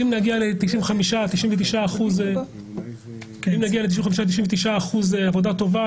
אם נגיע ל-95-99 אחוזים עבודה טובה,